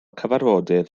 cyfarfodydd